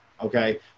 Okay